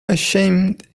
ashamed